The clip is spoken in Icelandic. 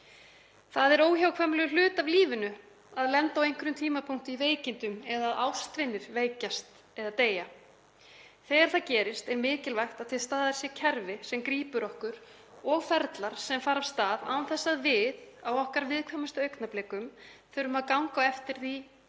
Það er óhjákvæmilegur hluti af lífinu að lenda á einhverjum tímapunkti í veikindum eða að ástvinir veikist eða deyi. Þegar það gerist er mikilvægt að til staðar sé kerfi sem grípur okkur og ferlar sem fara af stað án þess að við, á okkar viðkvæmustu augnablikum, þurfum að ganga á eftir því